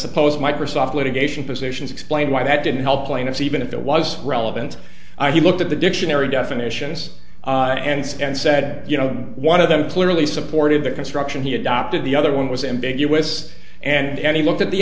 supposed microsoft litigation positions explained why that didn't help plaintiffs even if it was relevant he looked at the dictionary definitions and said you know one of them clearly supported the construction he adopted the other one was ambiguous and any looked at the